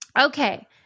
Okay